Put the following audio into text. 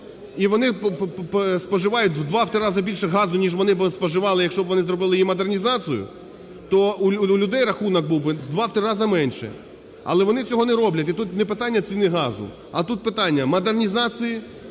і вони споживають у два, у три рази більше газу ніж вони б споживали, якщо б вони зробили їй модернізацію, то у людей рахунок був би у два, у три рази менше, але вони цього не роблять. І тут не питання ціни газу, а тут питання модернізації